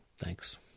Thanks